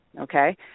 Okay